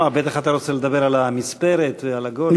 אתה בטח רוצה לדבר על המספרת ועל הגולים.